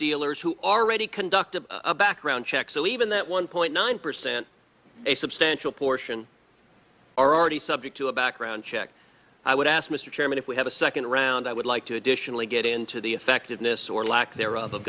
dealers who already conducted a background check so even that one point nine percent a substantial portion are already subject to a background check i would ask mr chairman if we have a second round i would like to additionally get into the effectiveness or lack there